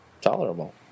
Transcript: tolerable